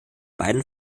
beiden